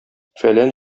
фәлән